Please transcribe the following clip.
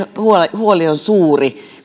huoli on suuri